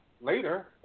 later